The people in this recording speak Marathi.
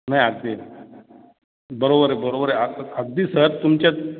नाही अगदी बरोबर आहे बरोबर आहे अगदी सर तुमच्या